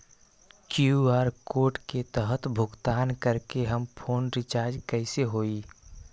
QR code के तहद भुगतान करके हम फोन रिचार्ज कैसे होई?